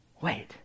wait